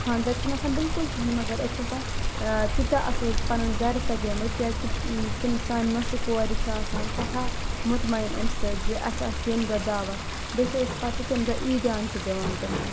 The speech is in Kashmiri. خانٛدَر چھُ نہٕ آسان بِلکُل کِہیٖنۍ مگر أسۍ چھِ آسان تِیوٗتاہ اَصٕل پَنُن گَرٕ سَجٲیٚمٕتۍ کیٚازکہِ تِم سانہِ نۄشہِ کورِ چھِ آسان سٮ۪ٹھاہ مُطمَیِن اَمہِ سۭتۍ زِ اَسہِ آسہِ ییٚمہِ دۄہ دعوت بیٚیہِ چھِ أسۍ پَتہٕ تمہِ دۄہ عیٖدیان تہِ دِوان تِمَن